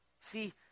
See